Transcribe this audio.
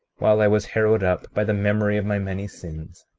while i was harrowed up by the memory of my many sins,